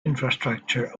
infrastructure